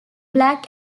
black